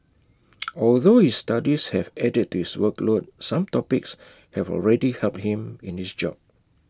although his studies have added to his workload some topics have already helped him in his job